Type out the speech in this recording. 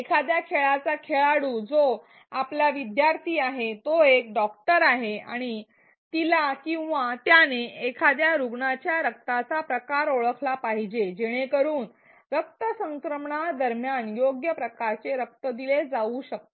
एखाद्या खेळाचा खेळाडू जो आपला विद्यार्थी आहे तो एक डॉक्टर आहे आणि तिला किंवा त्याने एखाद्या रुग्णाच्या रक्ताचा प्रकार ओळखला पाहिजे जेणेकरुन रक्तसंक्रमणादरम्यान योग्य प्रकारचे रक्त दिले जाऊ शकते